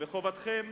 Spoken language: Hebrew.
וחובתכם